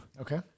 Okay